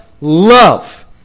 love